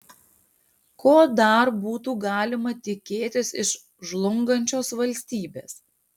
ko dar būtų galima tikėtis iš žlungančios valstybės